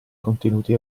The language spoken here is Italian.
contenuti